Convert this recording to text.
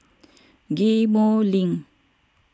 Ghim Moh Link